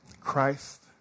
Christ